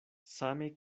same